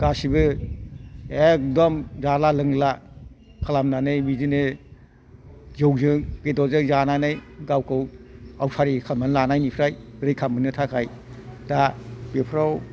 गासिबो एखदम जाला लोंला खालामनानै बिदिनो जौजों बेदरजों जानानै गावखौ आवसारि खालामनानै लानायनिफ्राय रैखा मोननो थाखाय दा बेफोराव